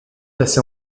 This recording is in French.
placé